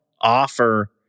offer